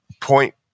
point